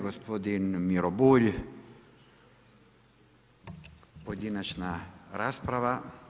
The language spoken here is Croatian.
Gospodin Miro Bulj, pojedinačna rasprava.